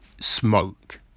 smoke